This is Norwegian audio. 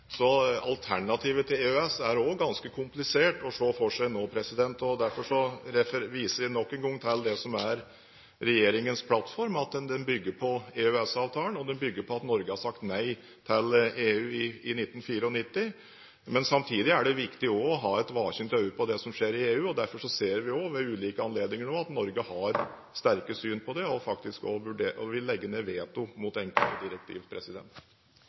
Så alternativet til EØS er også ganske komplisert å se for seg nå. Derfor viser jeg nok en gang til det som er regjeringens plattform, at den bygger på EØS-avtalen, og den bygger på at Norge har sagt nei til EU i 1994. Men samtidig er det viktig også å ha et våkent øye for det som skjer i EU. Derfor ser vi også ved ulike anledninger nå at Norge har sterke syn på det og vil legge ned veto mot enkelte